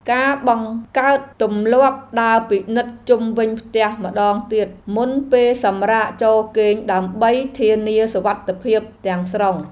ការបង្កើតទម្លាប់ដើរពិនិត្យជុំវិញផ្ទះម្តងទៀតមុនពេលសម្រាកចូលគេងដើម្បីធានាសុវត្ថិភាពទាំងស្រុង។